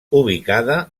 ubicada